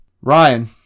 Ryan